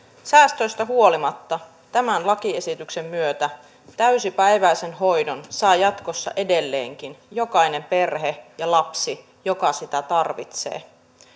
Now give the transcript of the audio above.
säästöistä huolimatta tämän lakiesityksen myötä täysipäiväisen hoidon saa jatkossa edelleenkin jokainen perhe ja lapsi joka sitä tarvitsee